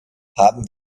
haben